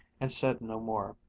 and said no more.